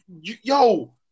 yo